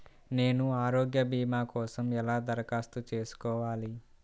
నేను ఆరోగ్య భీమా కోసం ఎలా దరఖాస్తు చేసుకోవాలి?